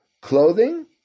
clothing